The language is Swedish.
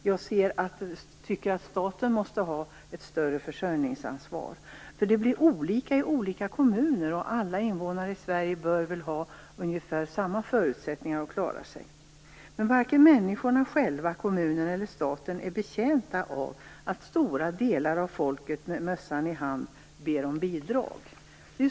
Jag tycker att staten måste ha ett större försörjningsansvar. Situationen blir annars olika i olika kommuner. Alla invånare i Sverige bör väl ha ungefär samma förutsättningar att klara sig. Varken människorna själva, kommunen eller staten är betjänta av att stora delar av folket med mössan i hand ber om bidrag.